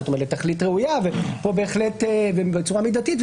זאת אומרת, לתכלית ראויה ובצורה מידתית.